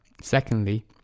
Secondly